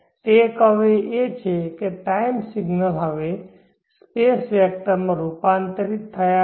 takeaway એ છે કે ટાઈમ સિગ્નલ હવે સ્પેસ વેક્ટરમાં રૂપાંતરિત થયા છે